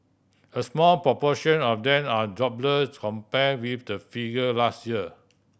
a small proportion of then are jobless compare with the figure last year